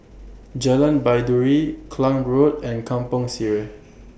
Jalan Baiduri Klang Road and Kampong Sireh